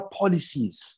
policies